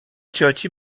cioci